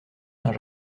saint